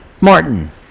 Martin